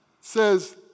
Says